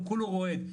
הוא כולו רועד,